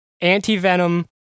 Anti-Venom